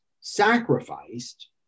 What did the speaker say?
sacrificed